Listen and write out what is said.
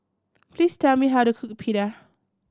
please tell me how to cook Pita